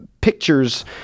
pictures